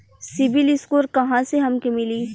CIBIL score कहाँसे हमके मिली?